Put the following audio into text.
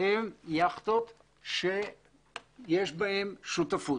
הן יכטות שיש בהן שותפות.